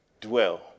dwell